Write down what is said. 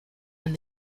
and